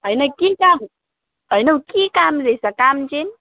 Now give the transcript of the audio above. होइन के काम होइन हौ के काम रहेछ काम चाहिँ